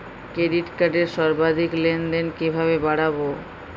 Credit কার্ডের সর্বাধিক লেনদেন কিভাবে বাড়াবো?